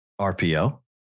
RPO